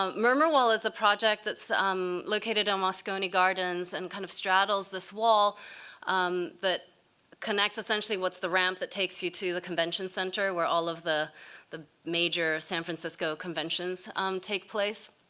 um murmur wall as a project that's um located in moscone gardens and kind of straddles this wall um that connects, essentially, what's the ramp that takes you to the convention center, where all of the the major san francisco conventions um take place.